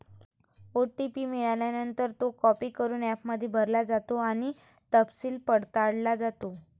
OTP मिळाल्यानंतर, तो copy करून ॲपमध्ये भरला जातो आणि तपशील पडताळला जातो